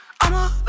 I'ma